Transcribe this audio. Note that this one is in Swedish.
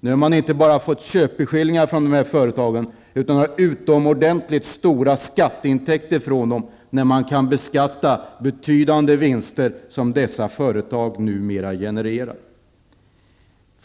Nu har man inte bara fått köpeskillingar för dessa företag, utan har utomordentligt stora skatteintäkter när man kan beskatta de betydande vinster som dessa företag numera genererar.